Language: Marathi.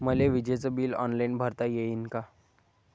मले विजेच बिल ऑनलाईन भरता येईन का?